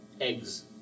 eggs